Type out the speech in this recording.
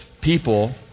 people